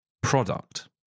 product